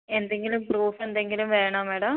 എന്തെങ്കിലും പ്രൂഫ് എന്തെങ്കിലും വേണോ മാഡം